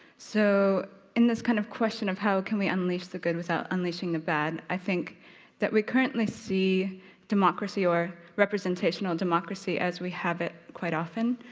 so in this kind of question of how can we unleash the good without unleashing the bad, i think that we currently see democracy or representational democracy as we have it quite often,